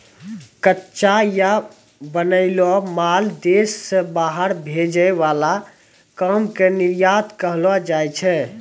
कच्चा या बनैलो माल देश से बाहर भेजे वाला काम के निर्यात कहलो जाय छै